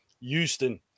Houston